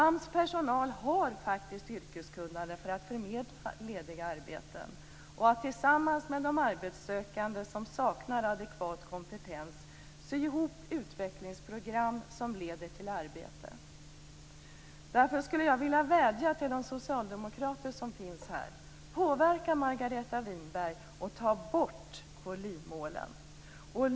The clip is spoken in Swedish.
AMS personal har faktiskt yrkeskunnande för att förmedla lediga arbeten och tillsammans med de arbetssökande som saknar adekvat kompetens sy ihop utvecklingsprogram som leder till arbete. Därför skulle jag vilja vädja till de socialdemokrater som finns här: Påverka Margareta Winberg!